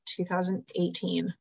2018